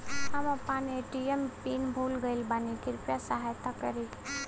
हम आपन ATM pin भूल गईल बानी कृपया सहायता करी